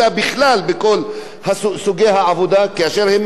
כאשר הם מהווים רק 5% מכלל העובדים,